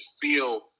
feel